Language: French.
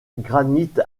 granite